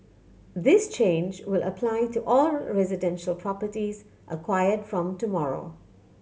this change will apply to all residential properties acquired from tomorrow